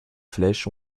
flèches